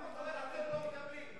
למה אתה אומר: "אתם לא מקבלים"?